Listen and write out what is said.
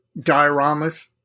dioramas